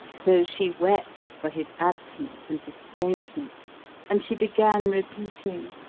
so she wept for his absence, and estrangement and she began repeating,